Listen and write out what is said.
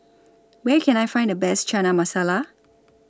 Where Can I Find The Best Chana Masala